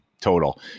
total